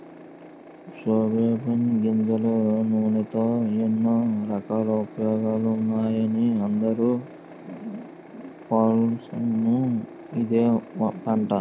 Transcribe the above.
soybean గింజల నూనెతో ఎన్నో రకాల ఉపయోగాలున్నాయని అందరి పొలాల్లోనూ ఇదే పంట